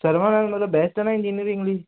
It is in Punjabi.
ਸਰਵਾਨੰਦ ਮਤਲਬ ਬੈਸਟ ਹੈ ਨਾ ਇੰਜਿਨਰਿੰਗ ਲਈ